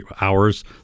hours